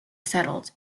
settled